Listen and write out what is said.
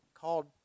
called